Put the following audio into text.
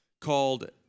called